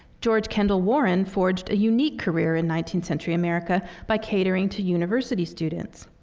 george kendall warren forged a unique career in nineteenth century america by catering to university students.